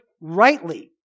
rightly